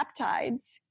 peptides